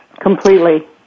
completely